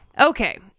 Okay